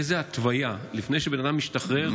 שתהיה איזושהי התוויה לפני שבן אדם משתחרר,